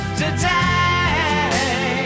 today